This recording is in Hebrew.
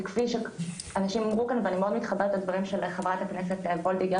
כי כפי שאנשים אמרו כאן ואני מאוד מתחברת לדברים של חברת הכנסת וולדיגר,